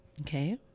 okay